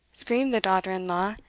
screamed the daughter-in-law,